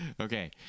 okay